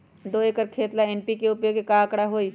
दो एकर खेत ला एन.पी.के उपयोग के का आंकड़ा होई?